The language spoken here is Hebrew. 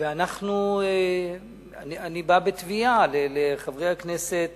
ואני בא בתביעה לחברי הכנסת